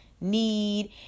need